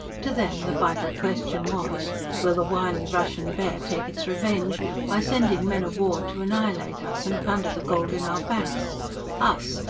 to them the vital question was will the wily russian bear take its revenge by sending men-of-war to annihilate us and plunder the gold in our banks us,